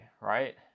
right